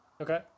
Okay